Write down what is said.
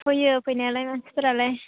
फैयो फैनायालाय मानसिफोरालाय